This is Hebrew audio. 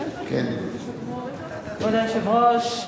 כבוד היושב-ראש,